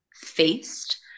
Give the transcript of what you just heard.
faced